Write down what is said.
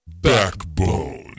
backbone